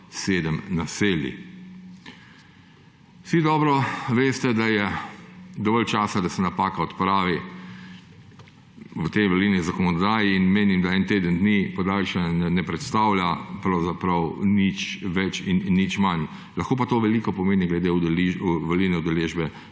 sedem naselij. Vsi dobro veste, da je dovolj časa, da se napako odpravi v tej volilni zakonodaji, in menim, da teden dni podaljšanja ne predstavlja pravzaprav nič več in nič manj, lahko pa to veliko pomeni glede volilne udeležbe